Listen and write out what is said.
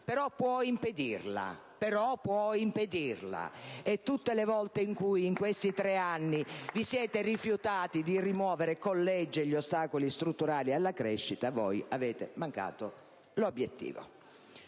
però, impedirla, e tutte le volte in cui in questi tre anni vi siete rifiutati di rimuovere con legge gli ostacoli strutturali alla crescita, voi avete mancato l'obiettivo.